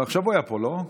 עכשיו הוא היה פה, לא?